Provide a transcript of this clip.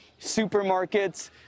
supermarkets